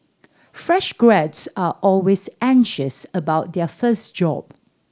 fresh grads are always anxious about their first job